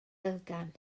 elgan